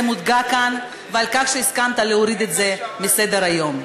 הושגה כאן ועל הסכמתך להוריד את זה מסדר-היום.